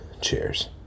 Cheers